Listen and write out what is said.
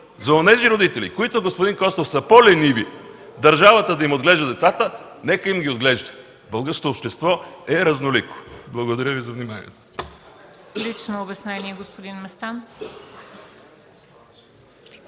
за онези родители, които, господин Костов, са по-лениви, държавата да им отглежда децата, нека им ги отглежда. Българското общество е разнолико. Благодаря Ви за вниманието. ПРЕДСЕДАТЕЛ МЕНДА